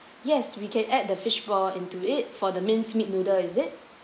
yes we can add the fishball into it for the minced meat noodle is it